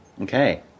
Okay